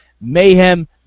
mayhem